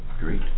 great